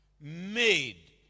made